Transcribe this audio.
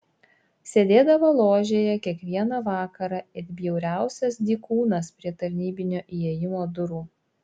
sėdėdavo ložėje kiekvieną vakarą it bjauriausias dykūnas prie tarnybinio įėjimo durų